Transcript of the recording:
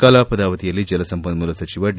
ಕಲಾಪದ ಅವಧಿಯಲ್ಲಿ ಜಲಸಂಪನ್ನೂಲ ಸಚಿವ ಡಿ